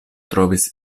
trovis